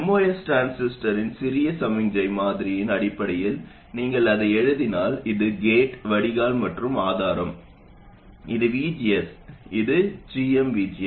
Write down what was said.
MOS டிரான்சிஸ்டரின் சிறிய சமிக்ஞை மாதிரியின் அடிப்படையில் நீங்கள் அதை எழுதினால் இது கேட் வடிகால் மற்றும் ஆதாரம் இது VGS இது gmVGS